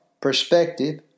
perspective